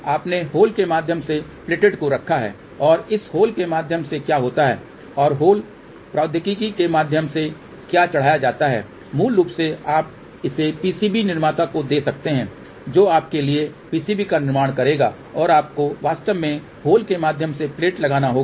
आपने होल के माध्यम से प्लेटेड को रखा है और इस होल के माध्यम से क्या होता है और होल प्रौद्योगिकी के माध्यम से क्या चढ़ाया जाता है मूल रूप से आप इसे पीसीबी निर्माता को दे सकते हैं जो आपके लिए पीसीबी का निर्माण करेगा और आपको वास्तव में होल के माध्यम से प्लेट लगाना होगा